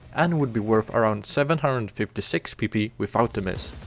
and would be worth around seven hundred and fifty six pp without the miss.